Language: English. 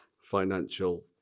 financial